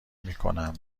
میکنم